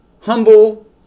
humble